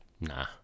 Nah